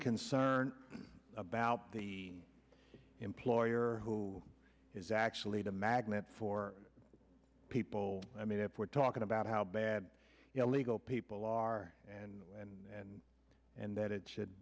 concern about the employer who is actually the magnet for people i mean if we're talking about how bad legal people are and and and and that it should